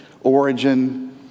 origin